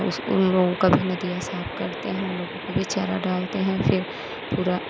उस उन लोगों का भी नदिया साफ करते हैं उन लोगों को भी चारा डालते हैं फिर पूरा